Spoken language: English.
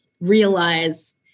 realize